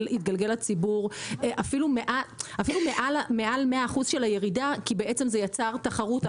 לציבור אפילו מעל 100% של הירידה כי בעצם זה יצר תחרות,